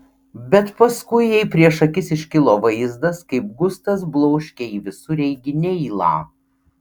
bet paskui jai prieš akis iškilo vaizdas kaip gustas bloškia į visureigį neilą